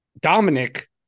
Dominic